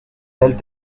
elles